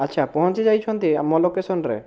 ଆଚ୍ଛା ପହଞ୍ଚିଯାଇଛନ୍ତି ଆମ ଲୋକେଶନରେ